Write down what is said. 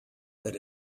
that